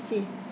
I see